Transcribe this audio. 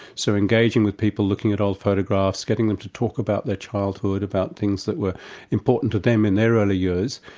so engaging with people looking at old photographs, getting them to talk about their childhood, about things that were important to them in their early years,